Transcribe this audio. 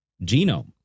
genome